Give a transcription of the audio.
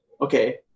okay